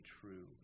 true